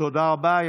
תודה רבה.